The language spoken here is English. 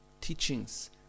teachings